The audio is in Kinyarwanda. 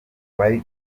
wari